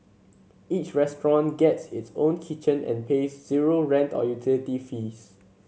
each restaurant gets its own kitchen and pays zero rent or utility fees